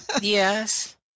Yes